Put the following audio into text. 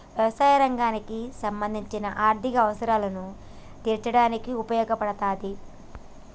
యవసాయ రంగానికి సంబంధించిన ఆర్ధిక అవసరాలను తీర్చడానికి ఉపయోగపడతాది